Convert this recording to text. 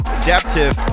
adaptive